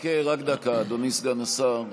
רק דקה, אדוני סגן השר.